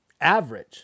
Average